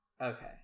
okay